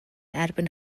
erbyn